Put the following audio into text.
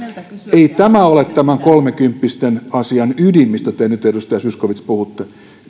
ei tämä ole tämän kolmekymppisten asian ydin mistä te nyt edustaja zyskowicz puhutte